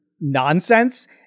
nonsense